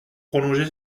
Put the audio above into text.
prolonger